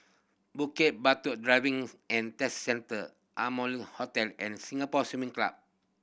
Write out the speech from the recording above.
Bukit Batok Driving and Test Centre Amoy Hotel and Singapore Swimming Club